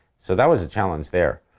so, that was a challenge there.